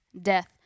death